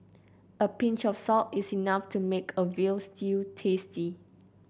a pinch of salt is enough to make a veal stew tasty